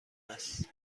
است